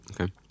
Okay